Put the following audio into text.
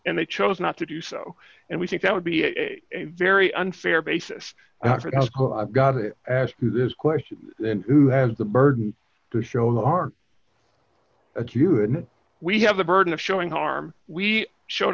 and they chose not to do so and we think that would be a very unfair basis i've got to ask you this question who has the burden to show our acuity we have the burden of showing harm we showed